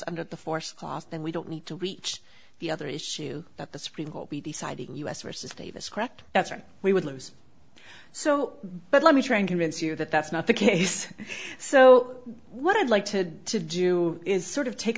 under the force then we don't need to reach the other issue that the supreme will be deciding us versus davis correct that's where we would lose so but let me try and convince you that that's not the case so what i'd like to to do is sort of take